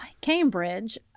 Cambridge